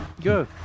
Good